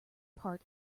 part